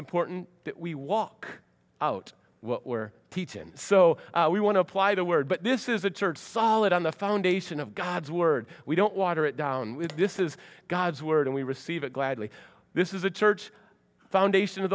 important that we walk out what we're teton so we want to apply the word but this is a church solid on the foundation of god's word we don't water it down with this is god's word and we receive it gladly this is a church foundation o